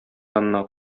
янына